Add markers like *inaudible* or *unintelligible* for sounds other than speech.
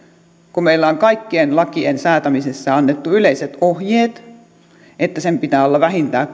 kun meillä on kaikkien lakien säätämisessä annettu yleiset ohjeet että sen pitää olla vähintään *unintelligible*